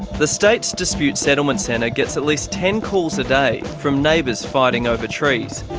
the state's dispute settlement centre gets at least ten calls a day from neighbours fighting over trees.